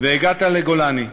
והגעת לגולני.